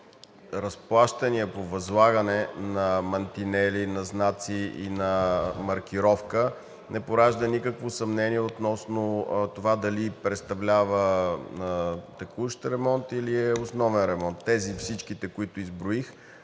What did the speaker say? разплащания по възлагане на мантинели, на знаци и на маркировка не пораждат никакво съмнение относно това дали представляват текущ ремонт, или е основен ремонт. Всичките тези, които изброих,